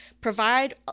provide